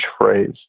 phrase